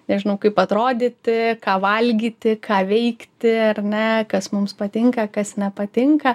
nežinau kaip atrodyti ką valgyti ką veikti ar ne kas mums patinka kas nepatinka